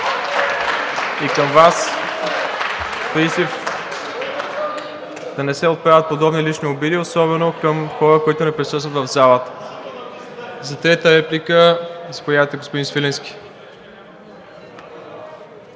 и към Вас призив да не се отправят подобни лични обиди особено към хора, които не присъстват в залата. За трета реплика – заповядайте, господин Свиленски.